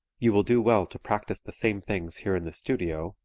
you will do well to practice the same things here in the studio,